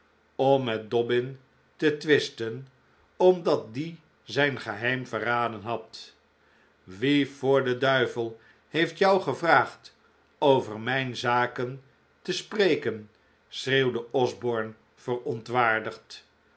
om met dobbin te twisten omdat die zijn geheim verraden had wie voor den duivel heeft jou gevraagd over mijn zaken te spreken schreeuwde osborne verontwaardigd